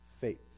faith